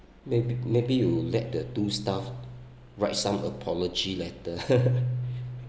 may~ maybe you let the two staff write some apology letter